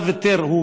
מד"א ויתר,